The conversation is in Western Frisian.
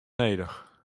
nedich